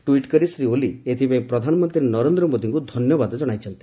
tweet କରି ଶ୍ରୀ ଓଲି ଏଥିପାଇଁ ପ୍ରଧାନମନ୍ତ୍ରୀ ନରେନ୍ଦ୍ର ମୋଦୀଙ୍କୁ ଧନ୍ୟବାଦ ଜଣାଇଛନ୍ତି